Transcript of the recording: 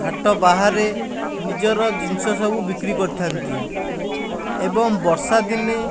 ହାଟ ବାହାରେ ନିଜର ଜିନିଷ ସବୁ ବିକ୍ରି କରିଥାନ୍ତି ଏବଂ ବର୍ଷା ଦିନେ